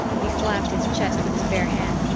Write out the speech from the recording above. he slapped his chest with his bare hand.